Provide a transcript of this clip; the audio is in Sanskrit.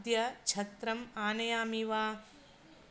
अद्य छत्रम् आनयामि वा